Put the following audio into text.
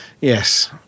yes